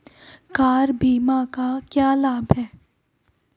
Car बीमा का क्या लाभ है?